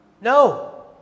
No